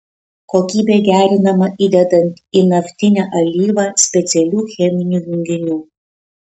kokybė gerinama įdedant į naftinę alyvą specialių cheminių junginių